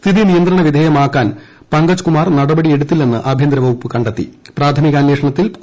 സ്ഥിതി നിയന്ത്രണവിധേയമാക്കാൻ പങ്കജ്കുമാർ നടപടി എടുത്തില്ലെന്ന് ആഭ്യന്തരവകുപ്പ് പ്രാഥമിക അന്വേഷണത്തിൽ കണ്ടെത്തി